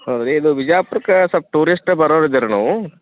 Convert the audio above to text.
ಹೌದಾ ರೀ ಇದು ಬಿಜಾಪುರಕ್ಕೆ ಸ್ವಲ್ಪ ಟೂರಿಸ್ಟ ಬರೋರಿದೀವಿ ನಾವು